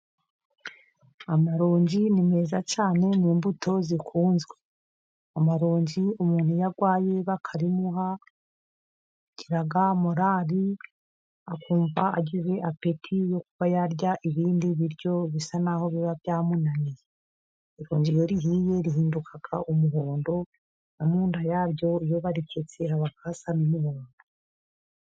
Amaronji ni meza cyane ni imbuto zikunzwe. Amaronji umuntu iyo arwaye bakarimuha agira morari, akumva agize apeti yo kuba yarya ibindi biryo, bisa naho biba byamunaniye. Ironji iyo rihiye rihinduka umuhondo, no mu nda yaryo iyo bariketse haba hasa n'umuhondo.